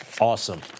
Awesome